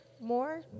more